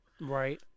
right